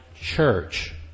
church